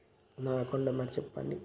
నా account number చెప్పండి?